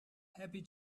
happy